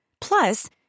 Plus